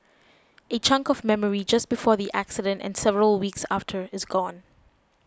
a chunk of memory just before the accident and several weeks after is gone